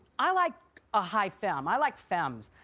i like a high fem, i like fems.